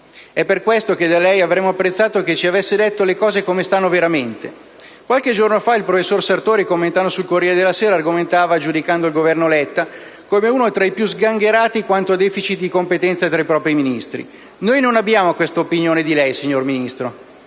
È per questo che da lei avremmo apprezzato che ci avesse detto le cose come stanno veramente. Qualche giorno fa il professor Sartori, commentando sul «Corriere della Sera», argomentava giudicando il Governo Letta come uno tra i più sgangherati quanto a *deficit* di competenza tra i propri Ministri. Noi non abbiamo questa opinione di lei, signora Ministro.